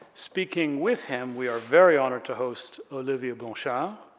speaking with him, we are very honored to host olivier blanchard, ah